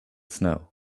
snow